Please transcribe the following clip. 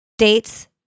Dates